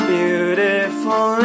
beautiful